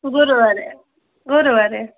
ଗୁରୁବାରରେ ଗୁରୁବାରରେ